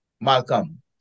Malcolm